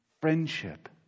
friendship